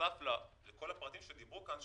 בנוסף לכל הפרטים שנאמרו כאן,